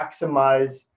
maximize